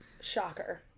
Shocker